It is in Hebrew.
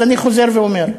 אז אני חוזר ואומר: